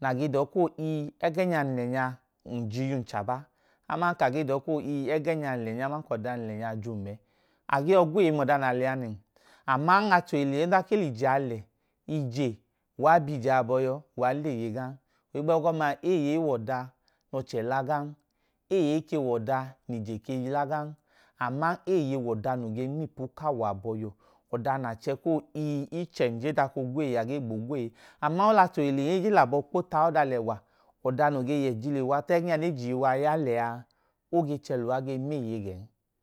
na ge dọọ koo ii ẹgẹnya nlẹ nya nyiyum chaba aman ka gee dọọ koo ii ẹgẹnya nlẹ nya aman kọda nlẹ nya jum ẹẹ age yọ gweeye ml’oda naa lẹanẹ. Aman achohile adan ke lije a lẹ, ije, uwab’jea aboyọọ uwa leeye a gan hugbegọma eeye w’ọda n’ọchẹ legan, eeye w’ọda n’ije ke lagan, aman eeye w’ọda noo ge nm’ipu k’awọ abọiyọ. Ọda n’aache koo koo ii ichẹ nge gboo gweeye age gboo gweeye aman olachohile ege labo kpo t’aọda alewa ọda noo ge yejiluwa ta ẹgẹnya ne jiiwa yaleya oge cheluwa ge meeye gen.